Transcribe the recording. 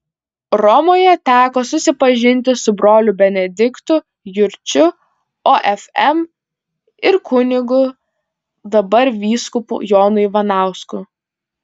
romoje teko susipažinti su broliu benediktu jurčiu ofm ir kunigu dabar vyskupu jonu ivanausku